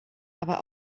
aber